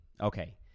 okay